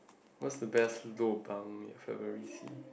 what's the best lobang in February see